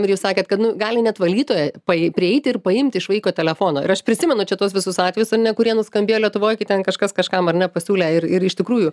ir jūs sakėt kad nu gali net valytoja pai prieiti ir paimti iš vaiko telefoną ir aš prisimenu čia tuos visus atvejus ane kurie nuskambėjo lietuvoj kai ten kažkas kažkam ar nepasiūlė ir ir iš tikrųjų